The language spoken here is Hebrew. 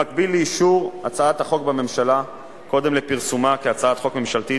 במקביל לאישור הצעת החוק בממשלה קודם לפרסומה כהצעת חוק ממשלתית,